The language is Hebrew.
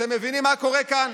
אתם מבינים מה קורה כאן?